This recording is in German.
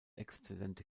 exzellente